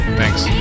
thanks